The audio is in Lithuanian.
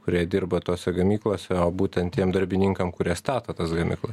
kurie dirba tose gamyklose o būtent tiem darbininkam kurie stato tas gamykla